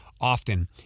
often